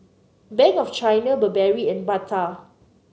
Bank of China Burberry and Bata